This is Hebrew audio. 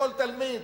לכל תלמיד.